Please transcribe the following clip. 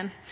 mest